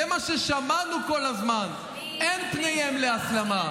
זה מה ששמענו כל הזמן, שאין פניהם להסלמה.